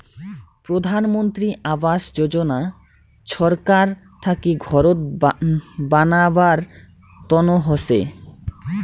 প্রধান মন্ত্রী আবাস যোজনা ছরকার থাকি ঘরত বানাবার তন্ন হসে